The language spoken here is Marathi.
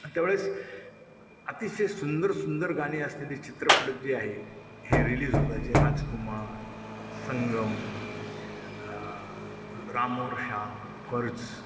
आणि त्यावेळेस अतिशय सुंदर सुंदर गाणे असलेले चित्रपटत जे आहे हे रिलीज होत जसे राजकुमार संगम राम और श्याम फर्ज